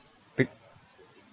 pick